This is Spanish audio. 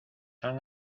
han